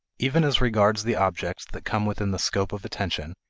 even as regards the objects that come within the scope of attention,